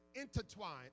intertwined